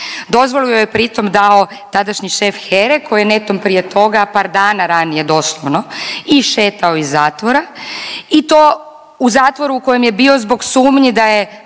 Dozvolu joj je pritom dao tadašnji šef HERA-e koji je netom prije toga par dana ranije doslovno išetao iz zatvora i to u zatvoru u kojem je bio zbog sumnji